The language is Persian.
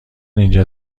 اینجا